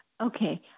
Okay